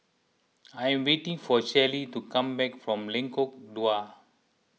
I am waiting for Shelley to come back from Lengkong Dua